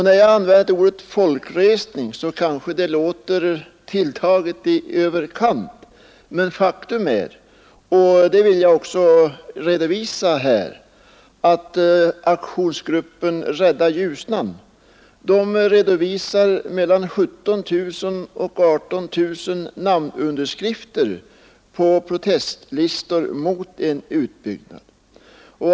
När jag använder ordet folkresning kanske det låter tilltaget i överkant, men faktum är — och det vill jag framhålla här — att aktionsgruppen Rädda Ljusnan redovisar mellan 17 000 och 18 000 namnunderskrifter på protestlistor mot en utbyggnad.